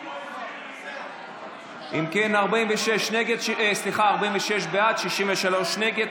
אם כן, 46 בעד, 63 נגד.